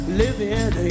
living